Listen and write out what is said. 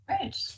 Great